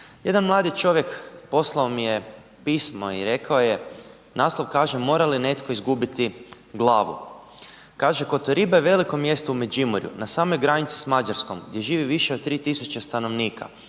Jedan mladi čovjek poslao mi i rekao je, naslov kaže mora li netko izgubiti glavu. Kaže Kotoriba je veliko mjesto u Međimorju na samoj granici s Mađarskom, gdje živi više od 3.000 stanovnika,